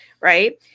Right